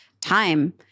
time